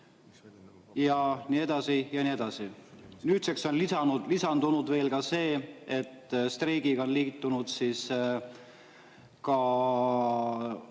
ja nii edasi ja nii edasi. Nüüdseks on lisandunud see, et streigiga on liitunud ka